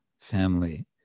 family